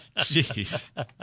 Jeez